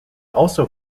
also